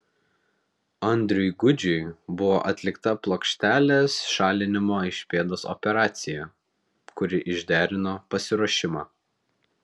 andriui gudžiui buvo atlikta plokštelės šalinimo iš pėdos operacija kuri išderino pasiruošimą